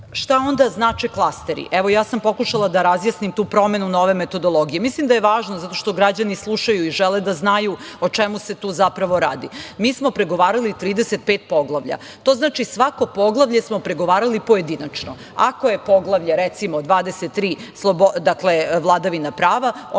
onda znače klasteri? Ja sam pokušala da razjasnim tu promenu nove metodologije. Mislim da je važno zato što građani slušaju i žele da znaju o čemu se tu zapravo radi. Mi smo pregovarali o 35 poglavlja. To znači svako poglavlje smo pregovarali pojedinačno. Ako je poglavlje, recimo, 23 – vladavina prava,